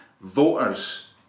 voters